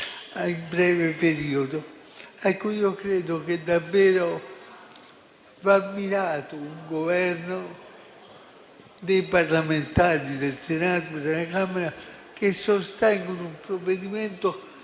nel breve periodo. Credo che davvero vadano ammirati un Governo e dei parlamentari del Senato e della Camera che sostengono un provvedimento